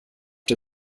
der